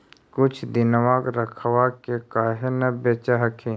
कुछ दिनमा रखबा के काहे न बेच हखिन?